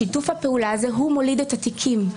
שיתוף הפעולה הזה מוליד את התיקים.